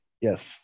Yes